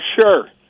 Sure